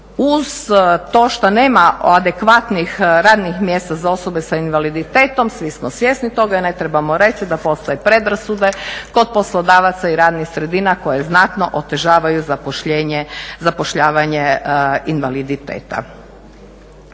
uz to što nema adekvatnih radnih mjesta za osobe sa invaliditetom, svi smo svjesni toga, ne trebamo reći da postoje predrasude kod poslodavaca i radnih sredina koje znatno otežavaju zapošljavanje invaliditeta.